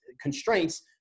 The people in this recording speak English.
constraints